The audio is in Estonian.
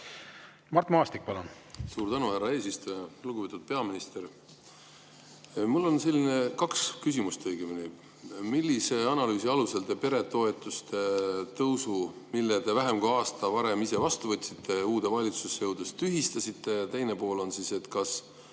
Mart Maastik, palun!